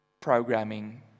programming